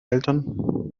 eltern